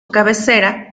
cabecera